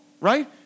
right